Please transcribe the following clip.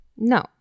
No